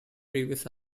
previous